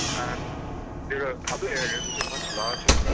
and there are other areas which are much larger,